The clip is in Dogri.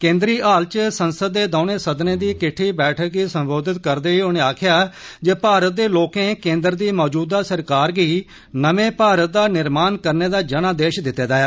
केन्द्रीय हाल च संसद दे दौने सदनें दी किट्ठी बैठक गी सम्बोधित करदे होई उनें आक्खेया जे भारत दे लोकें केन्द्र दी मौजूदा सरकार गी नमें भारत दा निर्माण करने दा जनादेश दिते दा ऐ